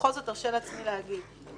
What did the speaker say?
ובכל זאת אני ארשה לעצמי להגיד שככל